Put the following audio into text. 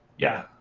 yeah,